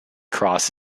cross